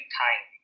time